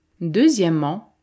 Deuxièmement